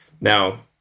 Now